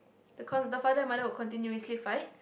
the con~ the father and mother will continuously fight